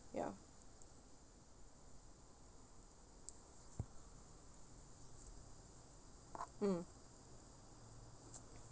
ya mm